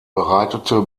bereitete